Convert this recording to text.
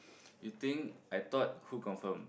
you think I thought who confirm